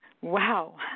Wow